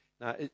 Now